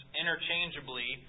interchangeably